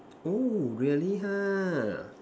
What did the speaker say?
oh really ha